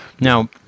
Now